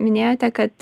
minėjote kad